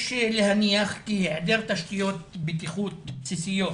יש להניח כי היעדר תשתיות בטיחות בסיסיות